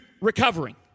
recovering